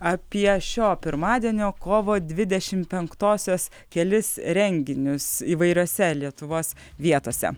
apie šio pirmadienio kovo dvidešim penktosios kelis renginius įvairiose lietuvos vietose